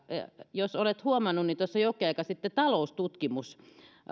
jos olet huomannut niin tuossa jokin aika sitten taloustutkimus